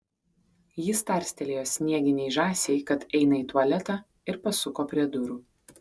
jis tarstelėjo snieginei žąsiai kad eina į tualetą ir pasuko prie durų